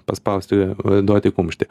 paspausti duoti kumštį